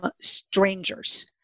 strangers